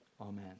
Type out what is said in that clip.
amen